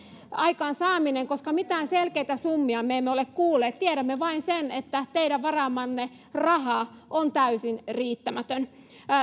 aikaansaaminen koska mitään selkeitä summia me emme ole kuulleet tiedämme vain sen että teidän varaamanne raha on täysin riittämätön